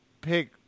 pick